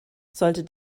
sollte